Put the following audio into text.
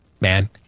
man